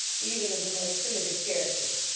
even of the most primitive character.